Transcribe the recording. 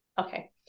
Okay